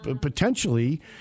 potentially